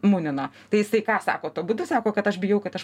munino tai jisai ką sako tuo būdu sako kad aš bijau kad aš